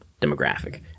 demographic